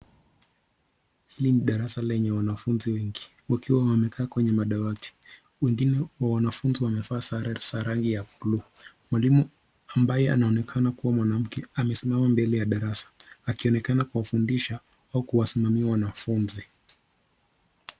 Hili ni darasa lenye wanafunzi wengi wakiwa wamekaa kwenye madawati, wengine wa wanafunzi wamevaa sare za rangi ya buluu. Mwalimu ambaye anaonekana kuwa mwanamke amesimama mbele ya darasa akionekana kuwafundisha au kuwasimamia wanafunzi.